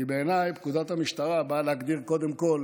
כי בעיניי, פקודת המשטרה באה להגדיר קודם כול